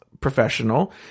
professional